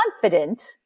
confident